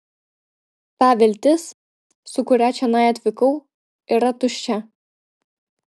ta viltis su kuria čionai atvykau yra tuščia